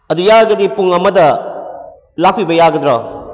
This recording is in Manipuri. ꯑꯗꯨ ꯌꯥꯔꯒꯗꯤ ꯄꯨꯡ ꯑꯃꯗ ꯂꯥꯛꯄꯤꯕ ꯌꯥꯒꯗ꯭ꯔꯣ